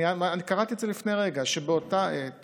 אני קראתי את זה לפני רגע, שבאותה עת